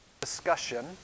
discussion